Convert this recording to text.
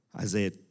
Isaiah